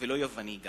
ולא יווני,